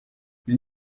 ils